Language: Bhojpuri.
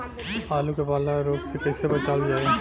आलू के पाला रोग से कईसे बचावल जाई?